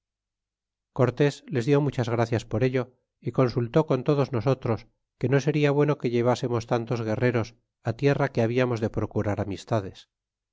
cortés les dió muchas gracias por ello ó consultó con todos nosotros que no seria bueno que llevásemos tantos guerreros tierra que habiamos de procurar amistades